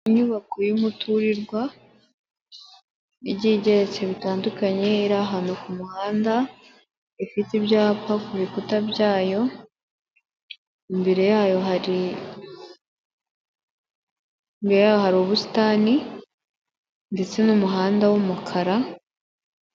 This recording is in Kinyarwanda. Inyubako y'umuturirwa, igiye igeretse bitandukanye, iri ahantu ku muhanda, ifite ibyapa ku bikuta byayo, imbere yayo hari ubusitani, ndetse n'umuhanda w'umukara.